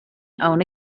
own